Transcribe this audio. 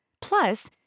Plus